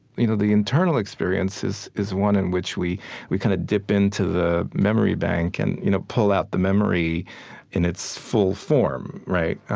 you know the internal experience is is one in which we we kind of dip into the memory bank and you know pull out the memory in its full form, right?